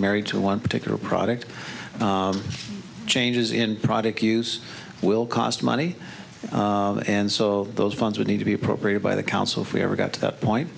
married to one particular product changes in product use will cost money and so those funds would need to be appropriate by the council if we ever got to that point